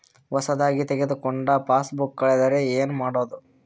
ಹೊಸದಾಗಿ ತೆಗೆದುಕೊಂಡ ಪಾಸ್ಬುಕ್ ಕಳೆದರೆ ಏನು ಮಾಡೋದು?